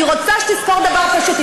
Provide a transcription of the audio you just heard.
אני רוצה שתזכור דבר פשוט,